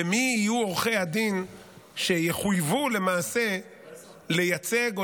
ומי יהיו עורכי הדין שיחויבו לייצג או